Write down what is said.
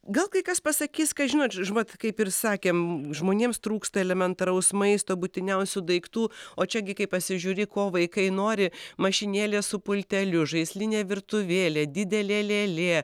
gal kai kas pasakys kad žinot vat kaip ir sakėm žmonėms trūksta elementaraus maisto būtiniausių daiktų o čia gi kai pasižiūri ko vaikai nori mašinėlė su pulteliu žaislinė virtuvėlė didelė lėlė